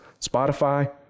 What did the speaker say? Spotify